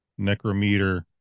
Necrometer